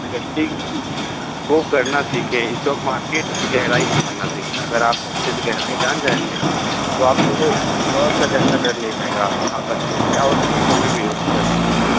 investing को करना सीखें स्टॉक मार्केट की गहराईयों को जानना सीखें अगर आप अच्छे से गहराई को जान जाएंगे तो आपको लॉस का ज़्यादा डर नहीं रहेगा आप अच्छे से और सही समय पे इन्वेस्ट कर सकेंगे